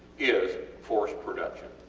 is force production.